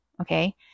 okay